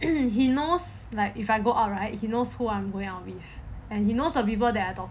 he knows like if I go out right he knows who I am going around with and he knows the people that I'm talking